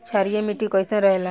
क्षारीय मिट्टी कईसन रहेला?